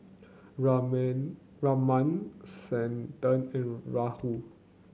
Raman Santha and Rahul